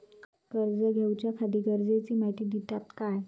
कर्ज घेऊच्याखाती गरजेची माहिती दितात काय?